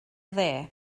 dde